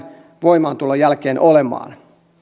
voimaantulon jälkeen olemaan siirtymäaika